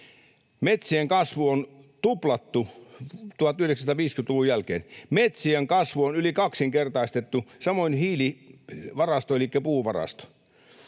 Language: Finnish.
Metsien kasvu on tuplattu 1950-luvun jälkeen. Metsien kasvu on yli kaksinkertaistettu, samoin hiilivarasto elikkä puuvarasto.